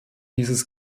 dieses